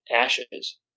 ashes